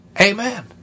Amen